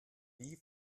wie